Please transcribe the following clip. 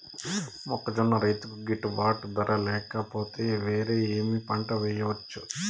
మొక్కజొన్న రైతుకు గిట్టుబాటు ధర లేక పోతే, వేరే ఏమి పంట వెయ్యొచ్చు?